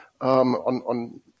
on